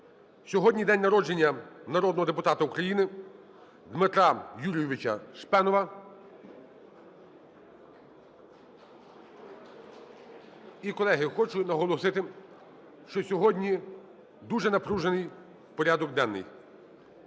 Сьогодні день народження народного депутата України Дмитра Юрійовича Шпенова. І, колеги, хочу наголосити, що сьогодні дуже напружений порядок денний.